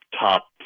top